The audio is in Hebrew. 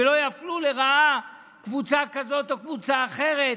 ולא יפלו לרעה קבוצה כזאת או קבוצה אחרת,